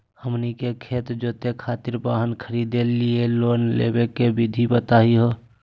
हमनी के खेत जोते खातीर वाहन खरीदे लिये लोन लेवे के विधि बताही हो?